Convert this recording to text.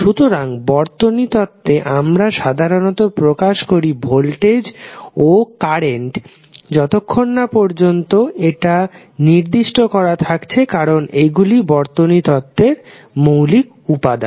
সুতরাং বর্তনী তত্তে আমরা সাধারাণত প্রকাশ করি ভোল্টেজ ও কারেন্ট যতক্ষণ না পর্যন্ত এটা নির্দিষ্ট করা থাকছে কারণ এগুলি বর্তনী তত্ত্বের মৌলিক উপাদান